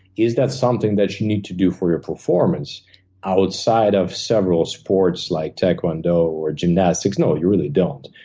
is that something that you need to do for your performance outside of several sports like tae kwon do or gymnastics? no, you really don't.